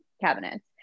cabinets